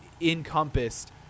encompassed